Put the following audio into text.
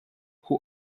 who